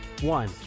one